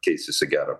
keisis į gera